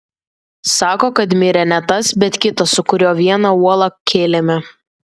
sako kad mirė ne tas bet kitas su kuriuo vieną uolą kėlėme